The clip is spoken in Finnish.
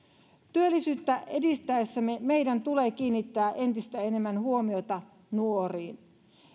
työllisyyttä edistäessämme meidän tulee kiinnittää entistä enemmän huomiota nuoriin